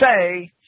say